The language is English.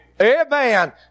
Amen